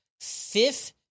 Fifth